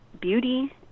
beauty